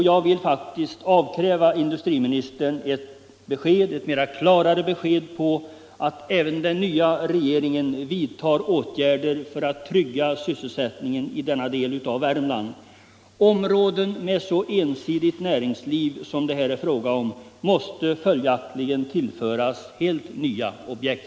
Jag vill faktiskt avkräva industriministern ett klarare besked om att även den nya regeringen vidtar åtgärder för att trygga sysselsättningen i denna del av Värmland. Områden med så ensidigt näringsliv som det här är fråga om måste, som jag ser det, tillföras helt nya objekt.